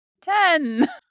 ten